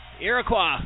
Iroquois